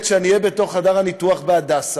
שאני אהיה בתוך חדר הניתוח ב"הדסה",